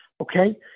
Okay